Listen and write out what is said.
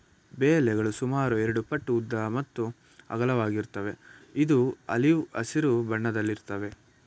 ಬೇ ಎಲೆಗಳು ಸುಮಾರು ಎರಡುಪಟ್ಟು ಉದ್ದ ಮತ್ತು ಅಗಲವಾಗಿರುತ್ವೆ ಇದು ಆಲಿವ್ ಹಸಿರು ಬಣ್ಣದಲ್ಲಿರುತ್ವೆ